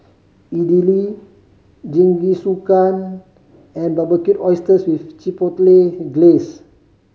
Idili Jingisukan and Barbecued Oysters with Chipotle Glaze